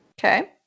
Okay